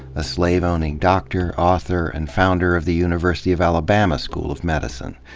a slave-owning doctor, author, and founder of the university of alabama school of medicine.